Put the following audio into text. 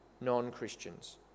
non-Christians